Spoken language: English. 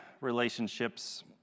relationships